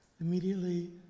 immediately